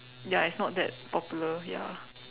ya it's not that popular ya